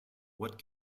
what